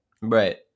right